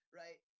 right